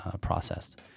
processed